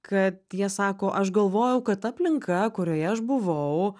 kad jie sako aš galvojau kad ta aplinka kurioje aš buvau